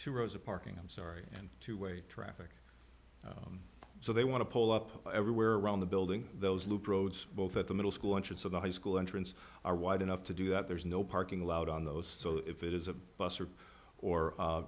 two rows of parking i'm sorry and two way traffic so they want to pull up everywhere around the building those loop roads both at the middle school entrance of the high school entrance are wide enough to do that there's no parking allowed on those so if it is a bus or or